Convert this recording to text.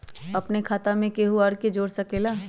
अपन खाता मे केहु आर के जोड़ सके ला?